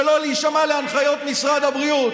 שלא להישמע להנחיות משרד הבריאות,